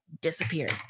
disappeared